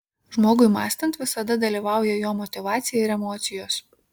žmogui mąstant visada dalyvauja jo motyvacija ir emocijos